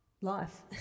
life